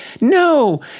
No